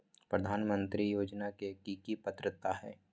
प्रधानमंत्री योजना के की की पात्रता है?